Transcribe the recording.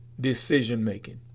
decision-making